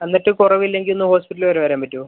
എന്നിട്ടും കുറവില്ലെങ്കിൽ ഒന്ന് ഹോസ്പിറ്റൽ വരെ വരാൻ പറ്റുമോ